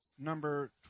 Number